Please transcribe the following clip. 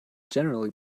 generally